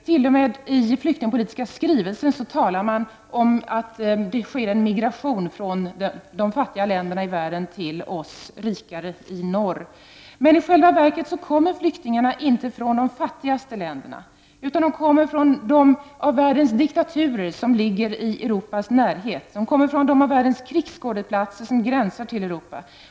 T.o.m. i den flyktingpolitiska skrivelsen talar man om att det sker en migration från de fattiga länderna i världen till de rikare, till oss i norr. Men i själva verket kommer flyktingarna inte från de fattigaste länderna, utan de kommer från de av världens diktaturer som ligger i Europas närhet. De kommer från de av världens krigsskådeplatser som gränsar till Europa.